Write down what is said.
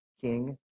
King